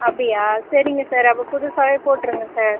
அப்படியா சரிங்க சார் அப்போ புதுசாகவே போட்டிருங்க சார்